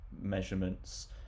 measurements